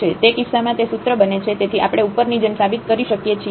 તે કિસ્સામાં તે સૂત્ર બને છે તેથી આપણે ઉપરની જેમ સાબિત કરી શકે છીએ